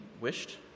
wished